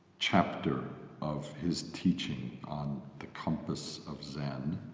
chapter of his teaching on the compass of zen